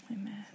Amen